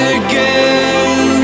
again